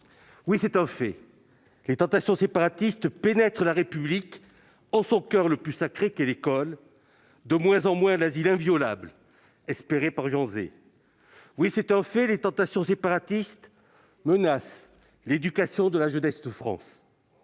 Oui, c'est un fait, les tentations séparatistes pénètrent la République en son coeur le plus sacré, l'école, laquelle constitue de moins en moins l'asile inviolable espéré par Jean Zay ! Oui, c'est un fait, les tentations séparatistes menacent l'éducation de la jeunesse de France